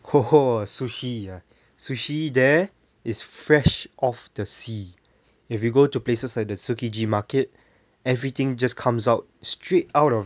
!oho! sushi ah sushi there is fresh off the sea if you go to places like the tsukiji market everything just comes out straight out of